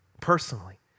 Personally